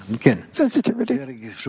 Sensitivity